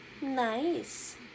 Nice